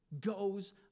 goes